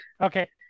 Okay